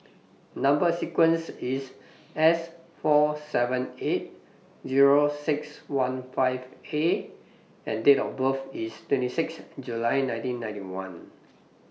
Number sequence IS S four seven eight Zero six one five A and Date of birth IS twenty six July nineteen ninety one